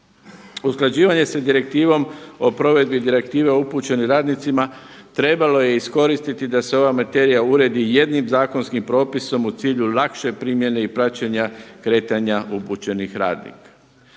Usklađivanje sa direktivom o provedbi Direktive o upućenim radnicima trebalo je iskoristiti da se ova materija uredi jednim zakonskim propisom u cilju lakše primjene i praćenja kretanja upućenih radnika.